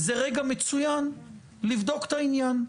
זה רגע מצוין לבדוק את העניין.